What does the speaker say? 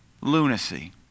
lunacy